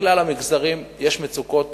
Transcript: לכלל המגזרים יש מצוקות